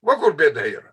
va kur bėda yra